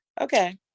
okay